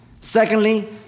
Secondly